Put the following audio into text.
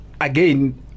again